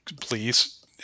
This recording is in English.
please